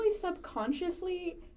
subconsciously